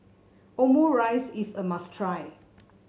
omurice is a must try